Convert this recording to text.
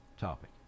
topic